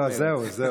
לא, לא, זהו.